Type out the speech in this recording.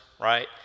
right